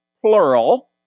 plural